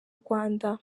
rwanda